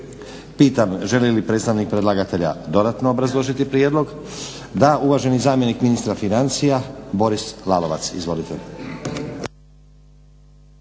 Pitam želi li predstavnik predlagatelja dodatno obrazložiti prijedlog? Da. Uvaženi zamjenik ministra financija Boris Lalovac, izvolite.